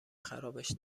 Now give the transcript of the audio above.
خرابش